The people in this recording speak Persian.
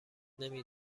نمی